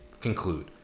conclude